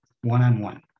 one-on-one